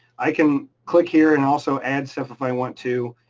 i can click here and also add stuff if i want to,